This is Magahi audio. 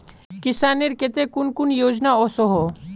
किसानेर केते कुन कुन योजना ओसोहो?